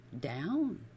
down